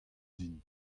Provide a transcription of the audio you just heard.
din